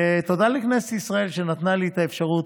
ותודה לכנסת ישראל שנתנה לי את האפשרות